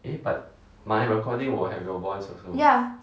ya